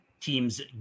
teams